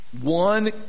One